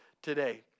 Today